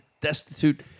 destitute